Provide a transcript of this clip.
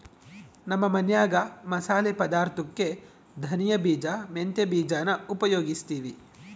ನಮ್ಮ ಮನ್ಯಾಗ ಮಸಾಲೆ ಪದಾರ್ಥುಕ್ಕೆ ಧನಿಯ ಬೀಜ, ಮೆಂತ್ಯ ಬೀಜಾನ ಉಪಯೋಗಿಸ್ತೀವಿ